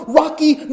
rocky